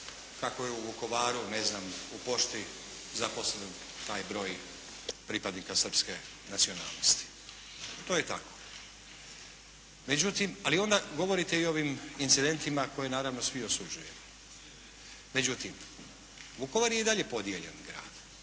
kako je u Vukovaru, ne znam, u pošti zaposlen taj broj pripadnika srpske nacionalnosti. To je tako. Međutim, ali onda govorite i o ovom incidentima koje naravno svi osuđujemo. Međutim, Vukovar je i dalje podijeljen grad,